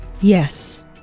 Yes